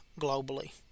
globally